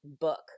book